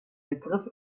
begriff